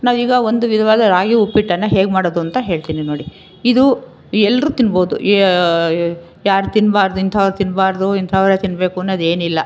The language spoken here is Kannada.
ನಾವೀಗ ಒಂದು ವಿಧವಾದ ರಾಗಿ ಉಪ್ಪಿಟ್ಟನ್ನು ಹೇಗೆ ಮಾಡೋದು ಅಂತ ಹೇಳ್ತೀನಿ ನೋಡಿ ಇದು ಈ ಎಲ್ಲರೂ ತಿನ್ಬೋದು ಯಾರು ತಿನ್ಬಾರ್ದು ಇಂಥವ್ರು ತಿನ್ಬಾರ್ದು ಇಂಥವರೇ ತಿನ್ನಬೇಕು ಅನ್ನೋದೇನಿಲ್ಲ